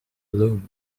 loom